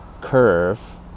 Curve